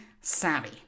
savvy